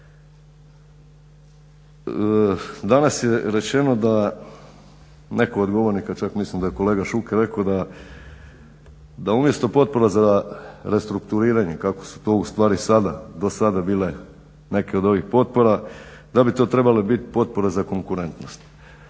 Danas je rečeno da, netko od govornika, čak mislim da je kolega Šuker rekao da umjesto potpora za restrukturiranje kako se to ustvari sada, dosada bile neke od ovih potpora, da bi to trebale biti potpore za konkurentnost.